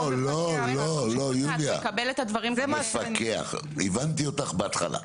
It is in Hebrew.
לא, יוליה, הבנתי אותך בהתחלה.